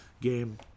game